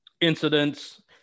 incidents